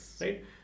right